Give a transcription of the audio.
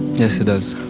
yes, it does.